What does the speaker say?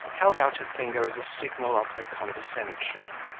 held out her finger as a signal of her condescension.